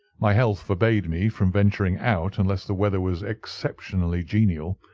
my health forbade me from venturing out unless the weather was exceptionally genial,